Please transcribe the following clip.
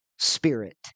spirit